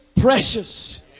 precious